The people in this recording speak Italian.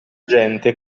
gente